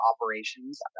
operations